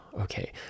okay